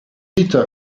peter